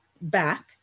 back